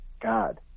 God